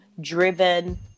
driven